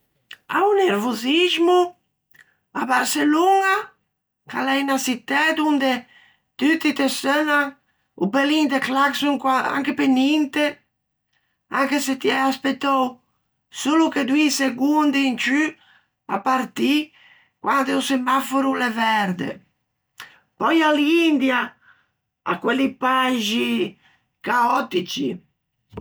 A-o nervoxismo, à Barçeloña, ch'a l'é unna çittæ donde tutti te seunnan o bellin de clacson anche pe ninte, anche se ti æ aspëtou solo che doî segondi in ciù à partî quande o semaforo o l'é verde; pöi à l'India, ò à quelli paixi, caòtici.